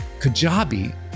Kajabi